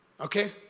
Okay